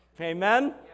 amen